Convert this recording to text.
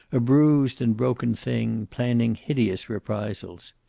a bruised and broken thing, planning hideous reprisals.